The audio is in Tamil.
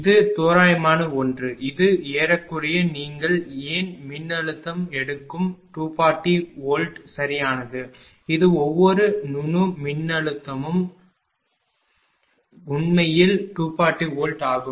இது தோராயமான ஒன்று இது ஏறக்குறைய நீங்கள் ஏன் மின்னழுத்தம் எடுக்கும் 240 V சரியானது இது ஒவ்வொரு கணு மின்னழுத்தமும் உண்மையில் 240 வோல்ட் ஆகும்